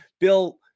bill